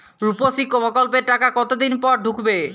রুপশ্রী প্রকল্পের টাকা কতদিন পর ঢুকবে?